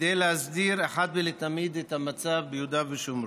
כדי להסדיר אחת ולתמיד את המצב ביהודה ושומרון.